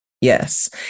Yes